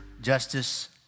Justice